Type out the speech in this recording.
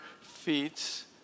feats